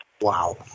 Wow